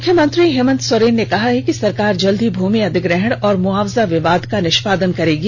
मुख्यमंत्री हेमंत सोरेन ने कहा है कि सरकार जल्द ही भूमि अधिग्रहण और मुआवजा विवाद का निष्पादन करेगी